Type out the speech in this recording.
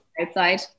outside